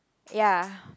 ya